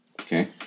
Okay